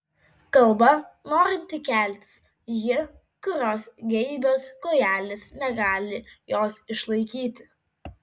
kalba norinti keltis ji kurios geibios kojelės negali jos išlaikyti